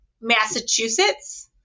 Massachusetts